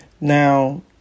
Now